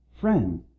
friend